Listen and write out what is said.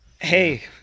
hey